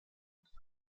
anfang